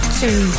two